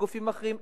לגופים אחרים,